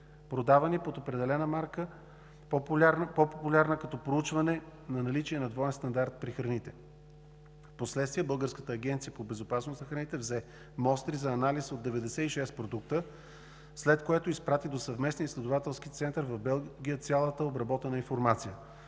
продавани под определена марка – по-популярна като проучване на наличие на двоен стандарт при храните. Впоследствие Българската агенция по безопасност на храните взе мостри за анализ от 96 продукта, след което изпрати до Съвместния изследователски център в Белгия цялата обработена информация.